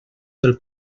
del